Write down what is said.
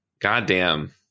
goddamn